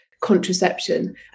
contraception